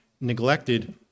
neglected